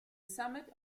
summit